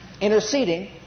interceding